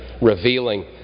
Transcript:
Revealing